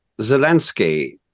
zelensky